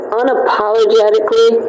unapologetically